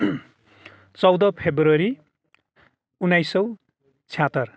चौध फेब्रुअरी उन्नाइस सौ छयहत्तर